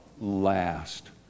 last